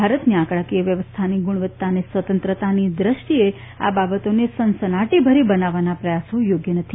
ભારતની આંકડાકીય વ્યવસ્થાની ગુણવત્તા અને સ્વતંત્રતાની દૃષ્ટિએ આ બાબતોને સનસનાટીભરી બનાવવાના પ્રયાસો યોગ્ય નથી